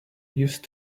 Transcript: used